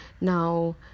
Now